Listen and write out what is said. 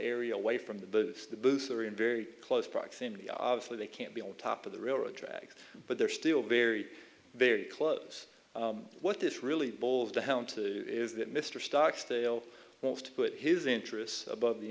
area way from the the booth or in very close proximity obviously they can't be on top of the railroad tracks but they're still very very close what this really boils down to is that mr stock's dale wants to put his interests above the